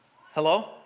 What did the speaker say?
Hello